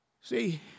See